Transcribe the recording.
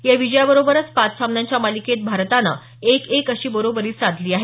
या विजयाबरोबरच पाच सामन्यांच्या मालिकेत भारतानं एक एक अशी बरोबरी साधली आहे